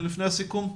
ללא,